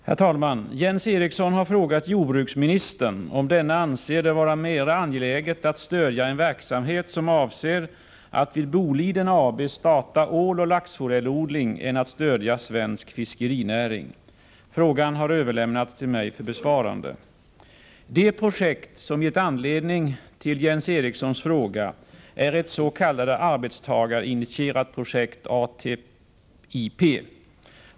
Herr talman! Jens Eriksson har frågat jordbruksministern om denne anser det vara mera angeläget att stödja en verksamhet som avser att vid Boliden AB starta åloch laxforellodling än att stödja svensk fiskerinäring. Frågan har överlämnats till mig för besvarande. Det projekt som gett anledning till Jens Erikssons fråga är ett s.k. arbetstagarinitierat projekt, ATIP.